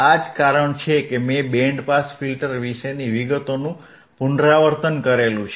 આ જ કારણ છે કે મેં બેન્ડ પાસ ફિલ્ટર વિશેની વિગતોનું પુનરાવર્તન કર્યું છે